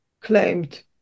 claimed